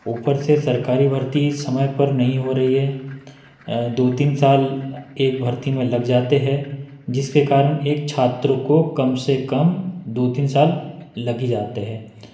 ऊपर से सरकारी भर्ती समय पर नहीं हो रही है दो तीन साल एक भर्ती में लग जाते हैं जिसके कारण एक छात्र को कम से कम दो तीन साल लग ही जाते हैं